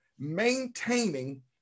maintaining